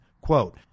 quote